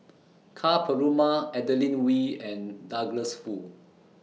Ka Perumal Adeline Ooi and Douglas Foo